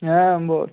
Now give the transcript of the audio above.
হ্যাঁ বল